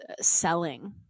selling